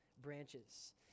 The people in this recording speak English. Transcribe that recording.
branches